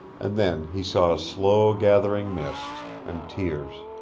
and then he saw a slow-gathering mist, and tears